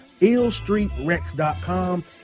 illstreetrex.com